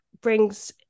brings